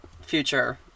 future